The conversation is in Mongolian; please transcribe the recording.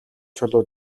чулуу